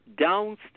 downstairs